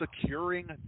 securing